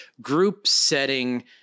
group-setting